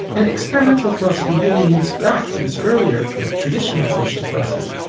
experimental philosophy really moves back to this earlier kind of traditional approach to philosophy,